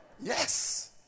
Yes